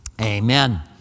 Amen